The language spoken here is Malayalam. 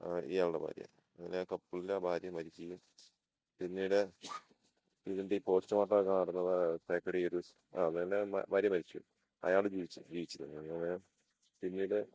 ഇയാളുടെ ഭാര്യ അങ്ങനെ കപ്പിളിലെ ഭാര്യ മരിക്കുകയും പിന്നീട് ഇതിൻ്റെ ഈ പോസ്റ്റ്മോർട്ടൊക്കെ നടന്നത് തേക്കടി ഒരു അങ്ങനെ ഭാര്യ മരിച്ചു അയാൾ ജീവിച്ചു ജീവിച്ചത് അങ്ങനെ പിന്നീട്